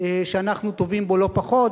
שאנחנו טובים בו לא פחות,